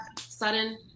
sudden